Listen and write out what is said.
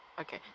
Okay